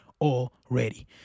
Already